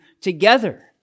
together